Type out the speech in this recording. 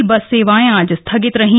rail bus सेवाएं आज स्थगित रहीं